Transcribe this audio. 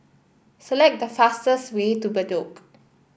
select the fastest way to Bedok